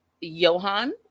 Johan